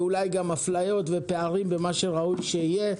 ואולי גם אפליות ופערים במה שראוי שיהיה.